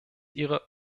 ihre